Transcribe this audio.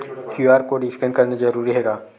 QR code scan करना जरूरी हे का?